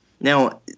Now